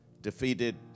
defeated